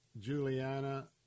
Juliana